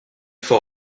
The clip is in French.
faut